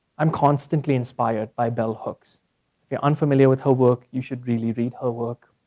i'm constantly inspired by bell hooks. if you're unfamiliar with her work, you should really read her work.